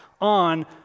on